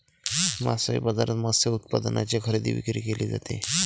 मासळी बाजारात मत्स्य उत्पादनांची खरेदी विक्री केली जाते